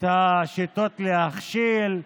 את השיטות להכשיל,